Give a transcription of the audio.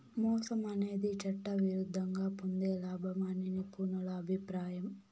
మోసం అనేది చట్టవిరుద్ధంగా పొందే లాభం అని నిపుణుల అభిప్రాయం